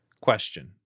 Question